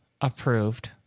approved